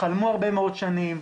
חלמו הרבה מאוד שנים,